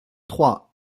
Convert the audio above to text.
trois